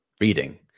reading